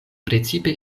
precipe